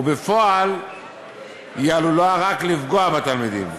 ובפועל היא עלולה רק לפגוע בתלמידים.